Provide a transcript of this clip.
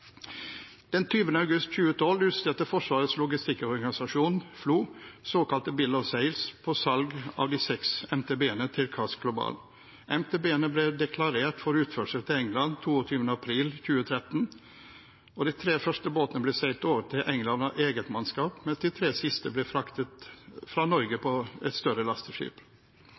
august 2012 utstedte Forsvarets Logistikkorganisasjon, FLO, såkalt «bill of sale» på salg av de seks MTB-ene til CAS Global. MTB-ene ble deklarert for utførsel til England 22. april 2013. De tre første båtene ble seilt over til England av eget mannskap, mens de tre siste ble fraktet fra Norge på et større lasteskip.